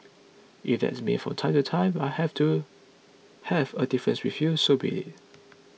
if that's means from time to time I have to have a difference with you so be it